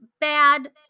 bad